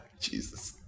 Jesus